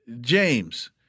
James